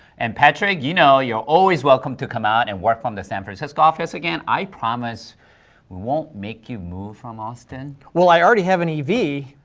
and patrick, you know you're always welcome to come out and work from the san francisco office again, i promise, we won't make you move from austin. well, i already have an ev,